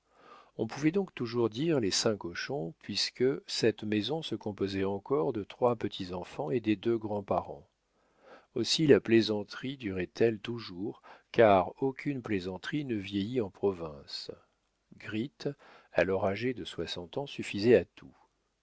on pouvait donc toujours dire les cinq hochon puisque cette maison se composait encore de trois petits enfants et des deux grands parents aussi la plaisanterie durait elle toujours car aucune plaisanterie ne vieillit en province gritte alors âgée de soixante ans suffisait à tout